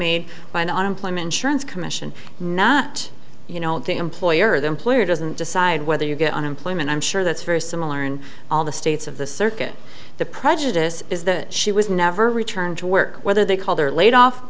made by the unemployment insurance commission not you know the employer the employer doesn't decide whether you get unemployment i'm sure that's very similar in all the states of the circuit the prejudice is that she was never returned to work whether they called